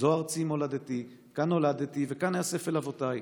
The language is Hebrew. זו ארצי מולדתי, כאן נולדתי וכאן איאסף אל אבותיי.